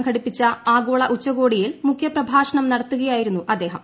സംഘടിപ്പിച്ച ആഗോള ഉച്ചകോടിയിൽ മുഖ്യ പ്രഭാഷണം നടത്തുകയായിരുന്നു അദ്ദേഹം